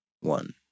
one